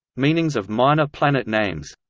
meanings of minor planet names